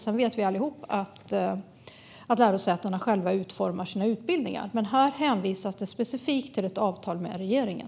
Sedan vet vi allihop att lärosätena själva utformar sina utbildningar, men här hänvisas det specifikt till ett avtal med regeringen.